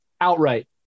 outright